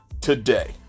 today